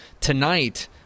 tonight